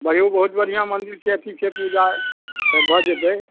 बढ़ियौ बहुत बढ़ियाँ मन्दिर छै अथी छै पूजा भऽ जेतै